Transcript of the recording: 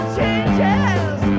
changes